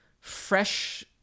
fresh